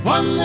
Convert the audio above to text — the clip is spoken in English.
One